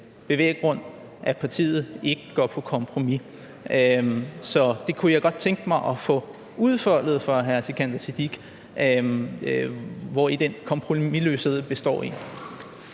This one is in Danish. den bevæggrund, at partiet ikke går på kompromis. Så jeg kunne godt tænke mig at få udfoldet af hr. Sikandar Siddique, hvori den kompromisløshed består? Kl.